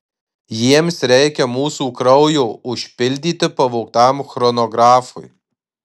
jiems reikia mūsų kraujo užpildyti pavogtam chronografui